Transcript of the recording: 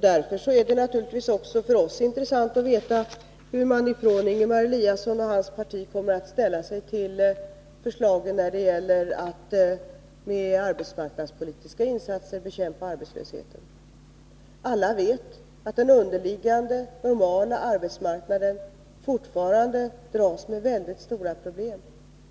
Därför är det naturligtvis också intressant för oss hur Ingemar Eliasson och hans parti kommer att ställa sig till förslagen att med arbetsmarknadspolitiska insatser bekämpa arbetslösheten. Alla vet att den underliggande normala arbetsmarknaden fortfarande dras med mycket stora problem.